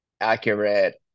accurate